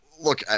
Look